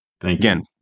again